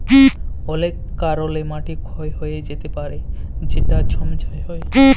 অলেক কারলে মাটি ক্ষয় হঁয়ে য্যাতে পারে যেটায় ছমচ্ছা হ্যয়